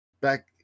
back